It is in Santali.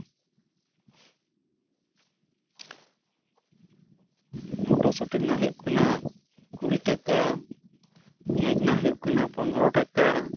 ᱢᱚᱴᱚᱨᱥᱩᱴᱤ ᱨᱮᱱᱟᱜ ᱦᱩᱭᱩᱜ ᱠᱟᱱᱟ ᱠᱩᱲᱤ ᱴᱟᱠᱟ ᱯᱮᱸᱭᱟᱡ ᱨᱮᱱᱟᱜ ᱦᱩᱭᱩᱜ ᱠᱟᱱᱟ ᱯᱚᱱᱨᱚ ᱴᱟᱠᱟ